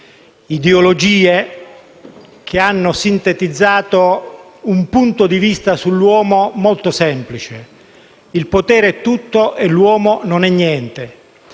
Ideologie che hanno sintetizzato un punto di vista sull'uomo molto semplice: il potere è tutto e l'uomo non è niente.